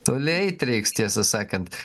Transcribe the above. toli eit reiks tiesą sakant